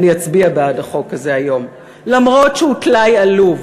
אני אצביע בעד החוק הזה היום אף שהוא טלאי עלוב,